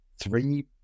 Three